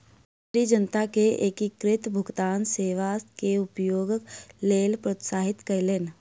मंत्री जनता के एकीकृत भुगतान सेवा के उपयोगक लेल प्रोत्साहित कयलैन